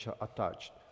attached